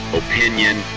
opinion